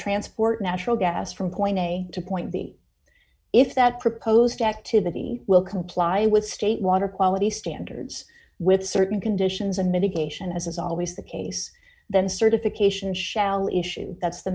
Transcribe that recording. natural gas from point a to point b if that proposed activity will comply with state water quality standards with certain conditions and mitigation as is always the case then certification shall issue that's the